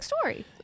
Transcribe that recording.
story